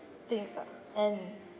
things lah and